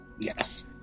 Yes